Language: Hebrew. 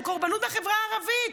הם קורבנות החברה הערבית,